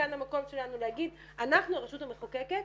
כאן המקום שלנו להגיד: אנחנו הרשות המחוקקת,